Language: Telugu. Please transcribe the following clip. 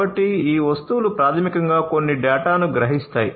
కాబట్టి ఈ వస్తువులు ప్రాథమికంగా కొన్ని డేటాను గ్రహిస్తాయి